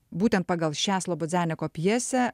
būtent pagal šią slobodianiko pjesę